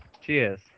Cheers